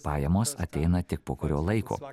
pajamos ateina tik po kurio laiko